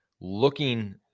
looking